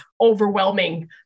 overwhelming